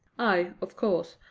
i, of course,